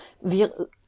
Wir